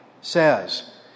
says